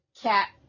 Cat